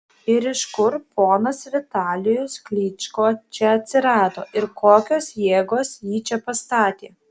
ir iš kur ponas vitalijus klyčko čia atsirado ir kokios jėgos jį čia pastatė